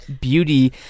beauty